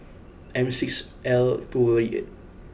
M six L two eight